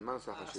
על מה נעשתה חשיבה?